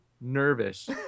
nervous